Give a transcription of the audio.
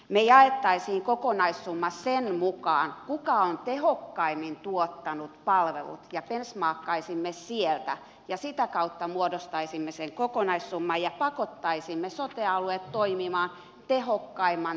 me jakaisimme kokonaissumman sen mukaan kuka on tehokkaimmin tuottanut palvelut ja benchmarkkaisimme sieltä ja sitä kautta muodostaisimme sen kokonaissumman ja pakottaisimme sote alueet toimimaan tehokkaimman toimintamallin mukaan